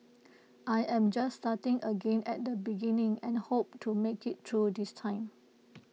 I am just starting again at the beginning and hope to make IT through this time